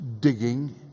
digging